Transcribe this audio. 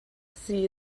sie